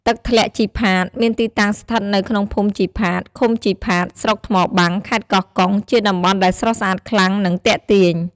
ទឹកធ្លាក់ជីផាត មានទីតាំងស្ថិតនៅក្នុងភូមិជីផាត ឃុំជីផាត ស្រុកថ្មបាំង ខេត្តកោះកុង ជាតំបន់ដែលស្រស់ស្អាតខ្លាំង និងទាក់ទាញ។